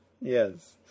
yes